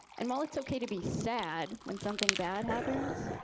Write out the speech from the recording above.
and while it's ok to be sad when something bad happens,